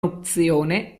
opzione